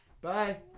Bye